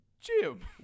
Jim